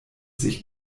sich